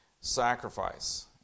sacrifice